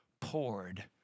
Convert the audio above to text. Poured